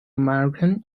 american